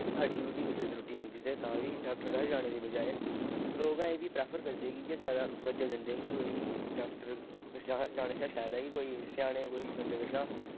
हड्डी हुड्डी कुसै दी त्रुट्टी जंदी ते तां बी डाक्टर कच्छ जाने दी बजाए लोक अजें बी प्रैफर करदे कि ज्यादा तवज्जु दिंदे कि कोई डाक्टर कच्छ जाने शा शैल ऐ कि कोई स्याने कोई बंदे कशा